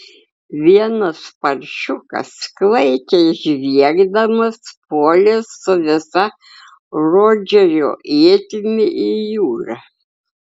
vienas paršiukas klaikiai žviegdamas puolė su visa rodžerio ietimi į jūrą